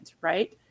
right